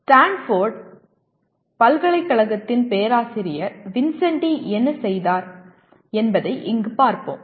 Stanford பல்கலைக்கழகத்தின் பேராசிரியர் Vincenti என்ன செய்தார் என்பதை இங்கே பார்ப்போம்